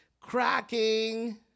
cracking